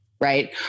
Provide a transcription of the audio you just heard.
right